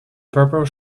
purple